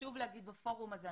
וחשוב להגיד בפורום הזה,